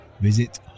Visit